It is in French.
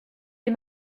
des